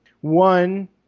One